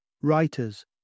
Writers